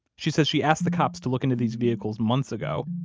she says she asked the cops to look into these vehicles months ago,